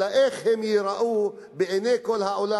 אלה איך הם ייראו בעיני כל העולם,